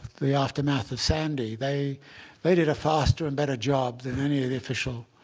the aftermath of sandy, they they did a faster and better job than any of the official